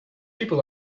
people